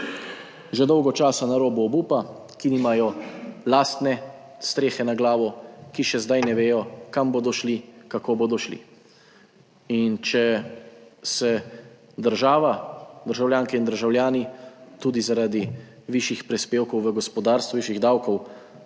že dolgo časa na robu obupa, ki nimajo lastne strehe nad glavo, ki še zdaj ne vedo kam bodo šli, kako bodo šli. In če se država, državljanke in državljani tudi, zaradi višjih prispevkov v gospodarstvu, višjih davkov